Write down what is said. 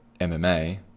mma